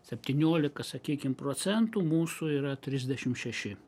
septyniolika sakykim procentų mūsų yra trisdešim šeši